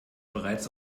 bereits